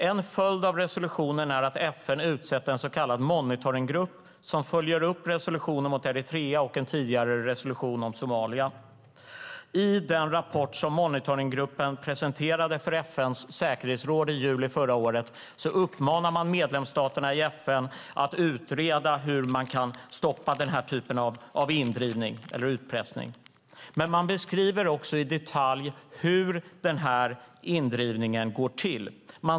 En följd av resolutionen är att FN utsett en så kallad monitoringgrupp som följer upp resolutionen mot Eritrea och en tidigare resolution om Somalia. I den rapport monitoringgruppen presenterade för FN:s säkerhetsråd i juli förra året uppmanar man medlemsstaterna i FN att utreda hur man kan stoppa denna typ av indrivning eller utpressning. Man beskriver också i detalj hur indrivningen går till.